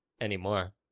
anymore